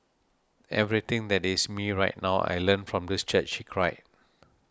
everything that is me right now I learnt from this church cried